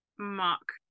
mark